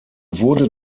wurde